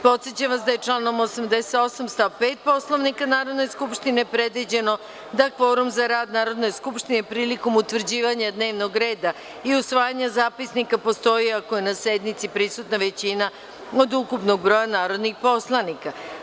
Podsećam vas da je članom 88. stav 5. Poslovnika Narodne skupštine predviđeno da kvorum za rad Narodne skupštine prilikom utvrđivanja dnevnog reda i usvajanja zapisnika postoji ako je na sednici prisutna većina od ukupnog broja narodnih poslanika.